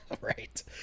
Right